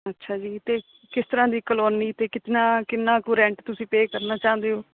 ਅੱਛਾ ਜੀ ਅਤੇ ਕਿਸ ਤਰ੍ਹਾਂ ਦੀ ਕਲੋਨੀ ਅਤੇ ਕਿਤਨਾ ਕਿੰਨਾ ਕੁ ਰੈਂਟ ਤੁਸੀਂ ਪੇ ਕਰਨਾ ਚਾਹੁੰਦੇ ਹੋ